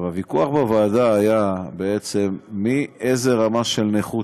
הוויכוח בוועדה היה מאיזו רמה של נכות,